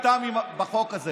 איננו נמסרים בידם,